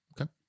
okay